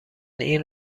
این